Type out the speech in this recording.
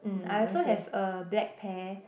mm I also have a black pair